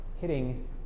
hitting